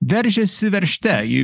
veržiasi veržte į